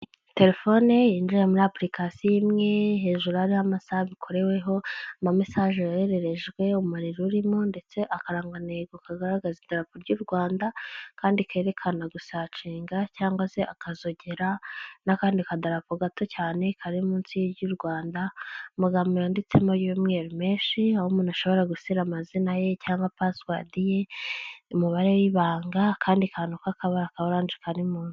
Telefone yinjira muri aplication imwe hejuru hariho amasaha bikoreweho ama message yohererejwe umuriro urimo ndetse akaranga ntego kagaragaza idatapo ry'u rwanda kandi kerekana gusacinga cyangwa se akazogera n'akandi kadarapo gato cyane kari munsi yiryu rwanda amagambo yanditsemo y,umweru menshi aho umuntu ashobora gusiga amazina ye cyangwa paswod ye umubare w'ibanga akandi kantu kakabara ka orange kari mu.